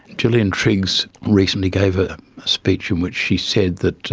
gillian triggs recently gave a speech in which she said that